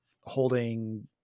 holding